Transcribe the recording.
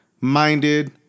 minded